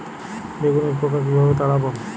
বেগুনের পোকা কিভাবে তাড়াব?